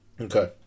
okay